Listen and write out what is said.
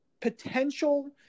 potential